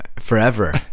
Forever